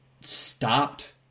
stopped